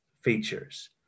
features